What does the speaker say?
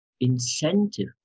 incentive